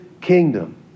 kingdom